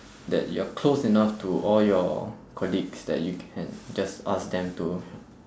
that you are close enough to all your colleagues that you can just ask them to